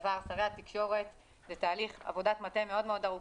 זה תהליך שכלל עבודת מטה מאוד ארוכה,